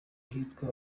ahitwa